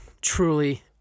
truly